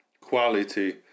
quality